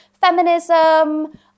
feminism